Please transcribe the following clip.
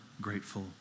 grateful